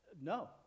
No